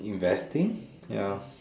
investing ya